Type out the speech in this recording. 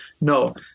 No